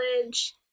college